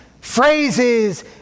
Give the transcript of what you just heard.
phrases